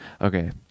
okay